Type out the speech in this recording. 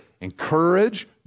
encourage